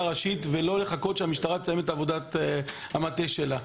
ראשית ולא לחכות שהמשטרה תסיים את עבודת המטה שלה,